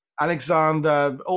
Alexander